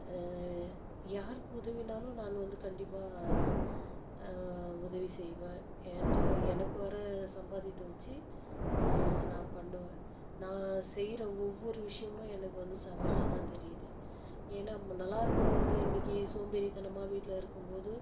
யாருக்கு உதவினாலும் நான் வந்து கண்டிப்பாக உதவி செய்வேன் என்ட எனக்கு வர சம்பாதியத்தை வச்சு நான் பண்ணுவேன் நான் செய்கிற ஒவ்வொரு விஷயமும் எனக்கு வந்து சவாலாகதான் தெரியுது ஏன்னால் நல்லா இருக்கிறவங்க இன்னிக்கு சோம்பேறித்தனமாக வீட்டில் இருக்கும் போது